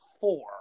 four